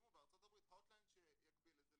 הקימו בארצות הברית הוטלנד שיגביל את זה.